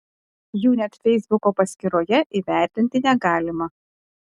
jų net feisbuko paskyroje įvertinti negalima